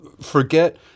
forget